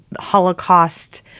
Holocaust